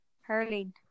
hurling